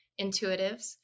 intuitives